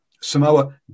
Samoa